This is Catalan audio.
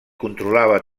controlava